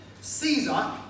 Caesar